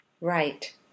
Right